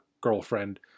girlfriend